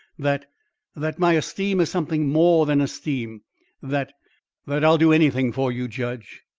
that that my esteem is something more than esteem that that i'll do anything for you, judge.